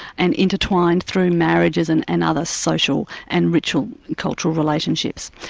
and intertwined through marriages and and other social and ritual cultural relationships.